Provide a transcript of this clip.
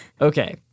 Okay